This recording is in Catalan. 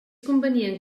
convenient